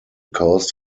coast